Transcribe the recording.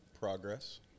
Progress